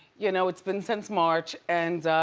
you know, it's been since march and,